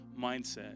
mindset